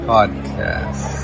Podcast